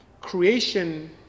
creation